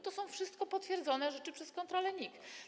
To są wszystko potwierdzone rzeczy przez kontrole NIK.